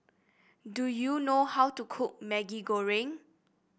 do you know how to cook Maggi Goreng